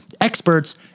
experts